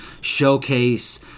showcase